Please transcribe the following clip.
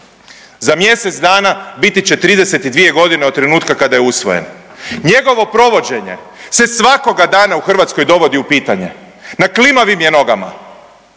Za mjesec dana biti će 32 godine od trenutka kada je usvojen. Njegovo provođenje se svakoga dana u Hrvatskoj dovodi u pitanje. Na klimavim je nogama.